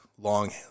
long